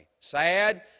Sad